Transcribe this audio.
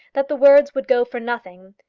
that the words would go for nothing,